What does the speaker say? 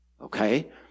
Okay